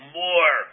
more